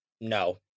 No